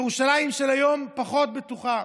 ירושלים של היום פחות בטוחה.